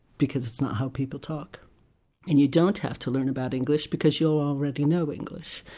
because it's not how people talk and you don't have to learn about english because you'll already know english.